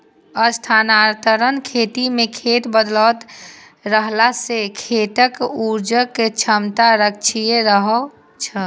स्थानांतरण खेती मे खेत बदलैत रहला सं खेतक उर्वरक क्षमता संरक्षित रहै छै